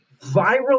viral